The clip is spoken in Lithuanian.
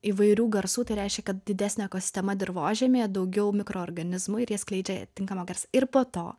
įvairių garsų tai reiškia kad didesnė ekosistema dirvožemyje daugiau mikroorganizmų ir jie skleidžia tinkamą garsą ir po to